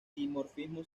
dimorfismo